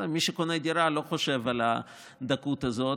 מי שקונה דירה לא חושב על הדקות הזאת,